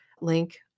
link